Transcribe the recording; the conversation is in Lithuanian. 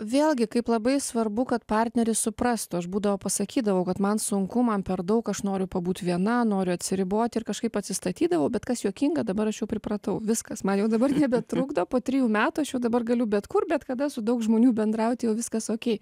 vėlgi kaip labai svarbu kad partneris suprastų aš būdavo pasakydavau kad man sunku man per daug aš noriu pabūt viena noriu atsiribot ir kažkaip atsistatydavau bet kas juokinga dabar aš jau pripratau viskas man jau dabar nebetrukdo po trijų metų aš jau dabar galiu bet kur bet kada su daug žmonių bendrauti jau viskas okei